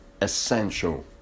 essential